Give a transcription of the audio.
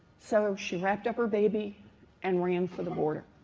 so she wrapped up her baby and ran for the border.